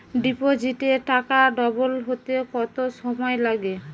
ডিপোজিটে টাকা ডবল হতে কত সময় লাগে?